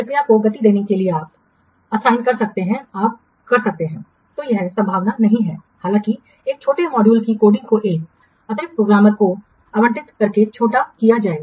प्रक्रिया को गति देने के लिए आप असाइन कर सकते हैं आप कर सकते हैं तो यह संभावना नहीं है हालाँकि एक छोटे मॉड्यूल की कोडिंग को एक अतिरिक्त प्रोग्रामर को आवंटित करके छोटा किया जाएगा